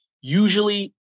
Usually